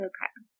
Okay